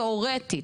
תיאורטית.